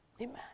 Amen